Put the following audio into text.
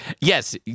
Yes